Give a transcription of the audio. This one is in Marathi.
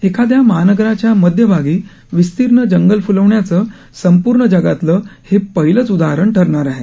एखाद्या महानगराच्या मध्यभागी विस्तीर्ण जंगल फुलवण्याच संपूर्ण जगातलं हे पहिलंच उदाहरण ठरणार आहे